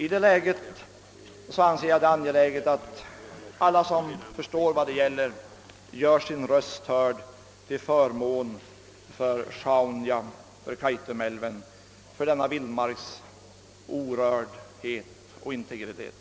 I det läget anser jag det viktigt att alla som förstår vad frågan gäller gör sin röst hörd till förmån för Sjaunja, för Kaitumälven, för denna vildmarks orördhet och integritet.